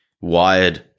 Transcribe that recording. wired